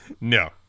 No